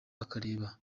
akureba